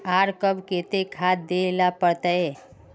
आर कब केते खाद दे ला पड़तऐ?